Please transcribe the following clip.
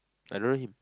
I don't know him